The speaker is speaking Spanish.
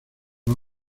los